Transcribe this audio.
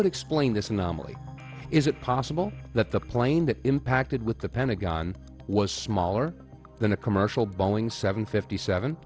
would explain this anomaly is it possible that the plane that impacted with the pentagon was smaller than a commercial boeing seven fifty seven